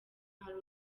hari